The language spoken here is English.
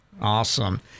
Awesome